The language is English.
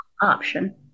option